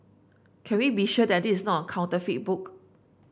can we be sure that this is not counterfeit book